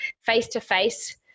face-to-face